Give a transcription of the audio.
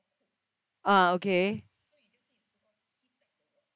ah okay